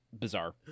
bizarre